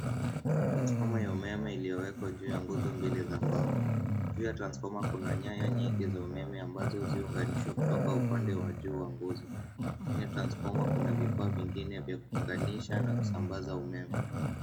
Transfoma ya umeme iliyowekwa juu ya nguzo mbili za mbao, kila transforma kuna nyanya nyingi za umeme ambazo ziunganishwa kutoka upande wa juu wa nguzo. Chini ya transfoma kuna vifaa vingine vya kuunganisha na kusambaza umeme.